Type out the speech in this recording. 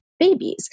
Babies